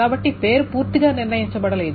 కాబట్టి పేరు పూర్తిగా నిర్ణయించబడలేదు